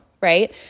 Right